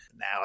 Now